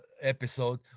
episode